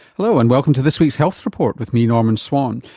hello and welcome to this week's health report with me norman swan.